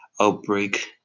outbreak